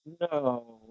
No